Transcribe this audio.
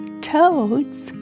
toads